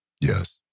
Yes